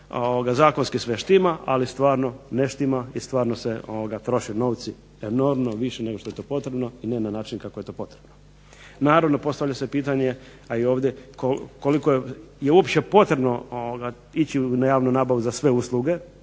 zakonski sve štima ali stvarno ne štima i stvarno se troše novci enormno nego što je to potrebno i ne način kako je to potrebno. Naravno postavlja se pitanje a i ovdje koliko je uopće potrebno ići na javnu nabavu za sve usluge